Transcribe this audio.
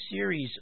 series